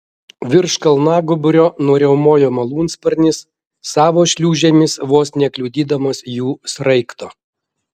virš kalnagūbrio nuriaumojo malūnsparnis savo šliūžėmis vos nekliudydamas jų sraigto